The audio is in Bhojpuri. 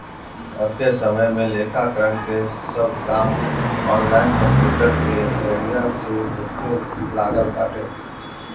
अबके समय में लेखाकरण के सब काम ऑनलाइन कंप्यूटर के जरिया से होखे लागल बाटे